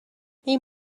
این